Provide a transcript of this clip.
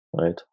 right